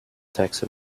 taxi